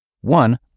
One